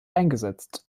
eingesetzt